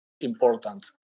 important